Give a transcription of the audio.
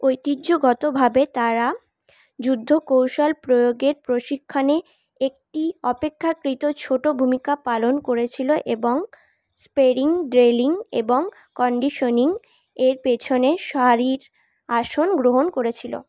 ঐতিহ্যগতভাবে তারা যুদ্ধ কৌশল প্রয়োগের প্রশিক্ষণে একটি অপেক্ষাকৃত ছোটো ভূমিকা পালন করেছিল এবং স্পেরিং ড্রিলিং এবং কন্ডিশনিং এর পেছনের সারির আসন গ্রহণ করেছিল